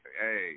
hey